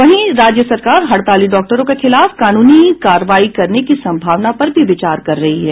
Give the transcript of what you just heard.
वहीं राज्य सरकार हड़ताली डॉक्टरों के खिलाफ कानूनी कार्रवाई करने की संभावना पर भी विचार कर रही है